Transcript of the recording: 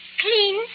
Clean